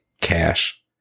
cash